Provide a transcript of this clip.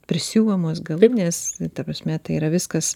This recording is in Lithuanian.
prisiuvamos galūnės ta prasme tai yra viskas